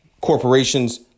Corporations